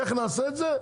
איך נעשה את זה?